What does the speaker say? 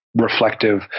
reflective